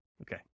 Okay